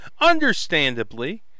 understandably